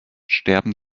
sterben